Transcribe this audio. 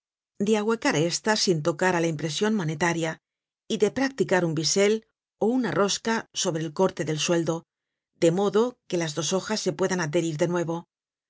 de ahuecar estas sin tocar á la impresion monetaria y de practicar un visel ó una rosca sobre el corte del sueldo de modo que las dos hojas se puedan adherir de nuevo